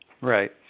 Right